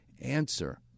answer